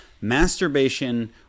masturbation